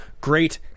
Great